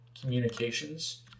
communications